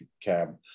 cab